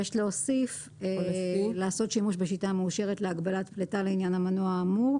יש להוסיף: לעשות שימוש בשיטה המאושרת להגבלת פליטה לעניין המנוע האמור,